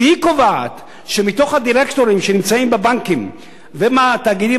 והיא קובעת שמתוך הדירקטורים שנמצאים בבנקים ובתאגידים